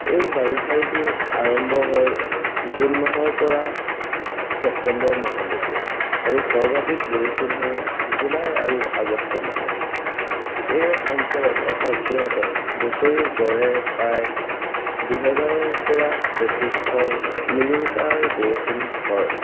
এই বাৰিষা ঋতু আৰম্ভ হয় জুন মাহৰ পৰা ছেপ্টেম্বৰ মাহলৈকে আৰু সৰ্বাধিক বৰষুণ হয় জুলাই আৰু আগষ্ট মাহত এই অঞ্চলত অৰ্থাৎ যোৰহাটত বছৰি গড়ে প্ৰায় দুহেজাৰৰ পৰা পঁচিছশ মিলিমিটাৰ বৰষুণ হয়